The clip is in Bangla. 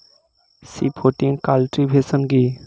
শিফটিং কাল্টিভেশন কি?